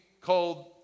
called